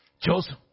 Joseph